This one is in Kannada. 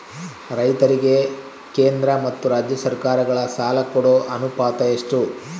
ರೈತರಿಗೆ ಕೇಂದ್ರ ಮತ್ತು ರಾಜ್ಯ ಸರಕಾರಗಳ ಸಾಲ ಕೊಡೋ ಅನುಪಾತ ಎಷ್ಟು?